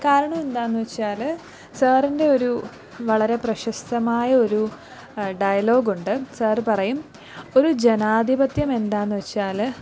കാരണമെന്താണെന്ന് വച്ചാൽ സാറിൻ്റെ ഒരു വളരെ പ്രശസ്തമായ ഒരു ഡയലോഗുണ്ട് സാറ് പറയും ഒരു ജനാധിപത്യമെന്താണെന്ന് വച്ചാൽ